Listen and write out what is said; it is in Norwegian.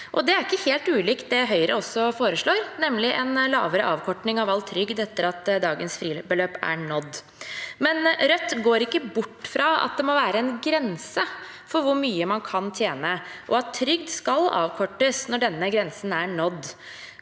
Det er ikke helt ulikt det Høyre foreslår, nemlig en lavere avkorting av all trygd etter at dagens fribeløp er nådd. Men Rødt går ikke bort fra at det må være en grense for hvor mye man kan tjene, og at trygd skal avkortes når denne grensen er nådd.